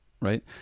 right